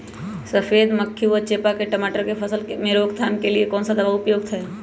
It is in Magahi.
सफेद मक्खी व चेपा की टमाटर की फसल में रोकथाम के लिए कौन सा दवा उपयुक्त है?